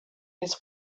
his